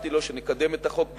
והבטחתי לו שנקדם את החוק במהירות,